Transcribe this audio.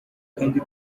kandi